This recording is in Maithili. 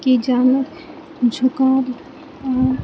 के जानऽ झुकाव आ